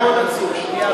שנייה,